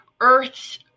Earth's